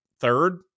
third